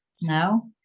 No